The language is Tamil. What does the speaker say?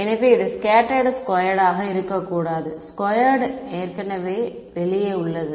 எனவே இது ஸ்கேட்டர்டு ஸ்கொயர்டு ஆக இருக்க கூடாது ஸ்கொயர்டு ஏற்கனவே வெளியே உள்ளது